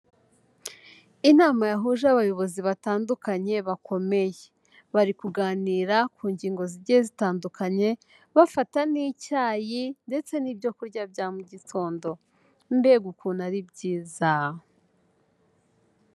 Inama yahuje abayobozi batandukanye bakomeye, bari kuganira ku ngingo zigiye zitandukanye, bafata n'icyayi ndetse n'ibyo kurya bya mu mugitondo. Mbega ukuntu ari byiza!